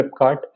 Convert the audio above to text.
Flipkart